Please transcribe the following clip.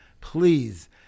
please